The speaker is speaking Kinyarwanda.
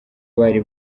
bari